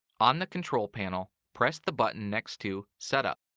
on the control panel, press the button next to setup.